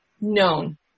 known